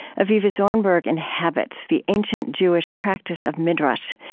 avivah zornberg inhabits the ancient jewish practice of midrash,